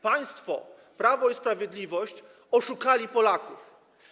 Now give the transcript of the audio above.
Państwo, Prawo i Sprawiedliwość, oszukali Polaków.